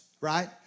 right